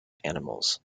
animals